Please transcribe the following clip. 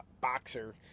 boxer